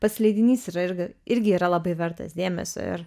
pats leidinys yra irgi irgi yra labai vertas dėmesio ir